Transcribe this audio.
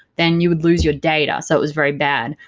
then you would lose your data, so it was very bad,